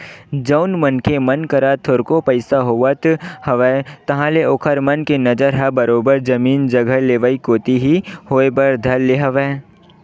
जउन मनखे मन करा थोरको पइसा होवत हवय ताहले ओखर मन के नजर ह बरोबर जमीन जघा लेवई कोती ही होय बर धर ले हवय